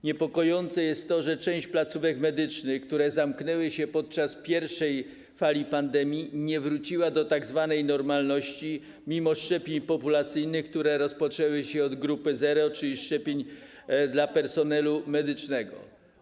Niepokojące jest to, że część placówek medycznych, które zamknęły się podczas pierwszej fali pandemii, nie powróciła do tzw. normalności mimo szczepień populacyjnych, które rozpoczęły się od grupy 0, czyli personelu medycznego.